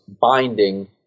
binding